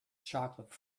chocolate